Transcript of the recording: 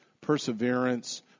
perseverance